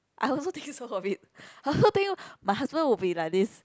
I also think so of it I also think my husband will be like this